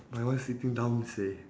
my one is sitting down seh